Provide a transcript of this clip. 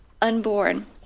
unborn